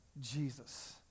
Jesus